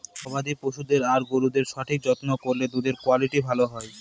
গবাদি পশুদের আর গরুদের সঠিক যত্ন করলে দুধের কুয়ালিটি ভালো হয়